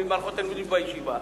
ממערכות תלמידים בישיבה,